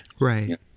Right